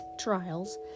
trials